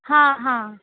हां हां